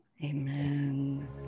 Amen